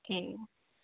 ए